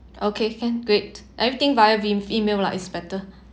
okay can great everything via e~ email lah it's better